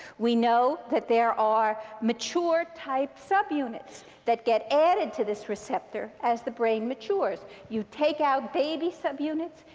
we know that there are mature type subunits that get added to this receptor as the brain matures. you take out baby subunits.